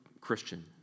Christian